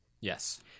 Yes